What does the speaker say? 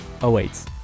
awaits